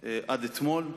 עד אתמול.